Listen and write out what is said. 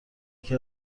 یکی